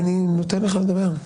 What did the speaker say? אני נותן לך לדבר.